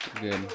Good